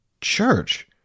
church